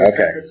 Okay